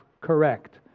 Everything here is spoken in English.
correct